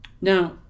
Now